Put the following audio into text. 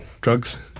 drugs